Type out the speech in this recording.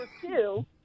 two